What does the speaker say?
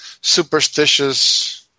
superstitious